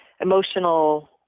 emotional